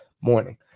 morning